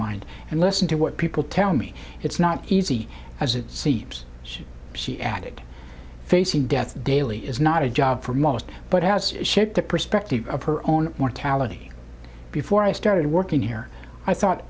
mind and listen to what people tell me it's not easy as it seems she added facing death daily is not a job for most but has shaped the perspective of her own mortality before i started working here i thought